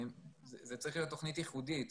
זו צריכה להיות תוכנית ייחודית.